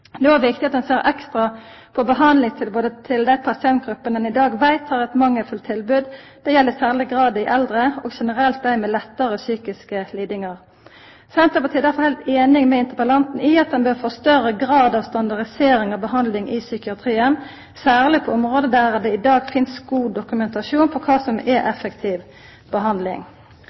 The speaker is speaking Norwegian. det psykiske helsevernet. Det er òg viktig at ein ser ekstra på behandlingstilbodet til dei pasientgruppene ein i dag veit har eit mangelfullt tilbod. Det gjeld i særleg grad dei eldre og generelt dei med lettare psykiske lidingar. Senterpartiet er derfor heilt einig med interpellanten i at ein bør få større grad av standardisering av behandlinga i psykiatrien, særleg på område der det i dag finst god dokumentasjon på kva som er effektiv behandling.